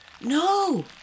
No